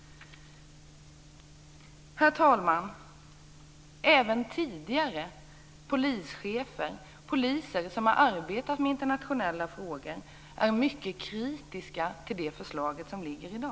Herr talman! Även tidigare polischefer och poliser som har arbetat med internationella frågor är mycket kritiska till det förslag som i dag har lagts fram.